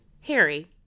Harry